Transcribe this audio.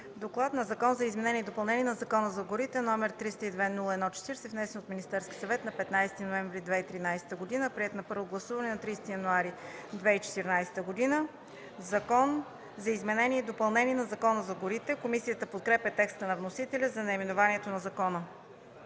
„Доклад относно Закон за изменение и допълнение на Закона за горите, № 302-01-40, внесен от Министерския съвет на 15 ноември 2013 г., приет на първо гласуване на 30 януари 2014 г.” „Закон за изменение и допълнение на Закона за горите”. Комисията подкрепя текста на вносителя за наименованието на закона.